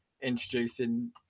introducing